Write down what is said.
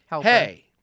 hey